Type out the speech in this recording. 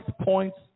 points